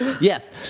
Yes